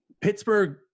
Pittsburgh